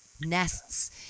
nests